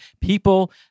people